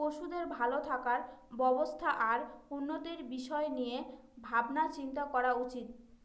পশুদের ভালো থাকার ব্যবস্থা আর উন্নতির বিষয় নিয়ে ভাবনা চিন্তা করা উচিত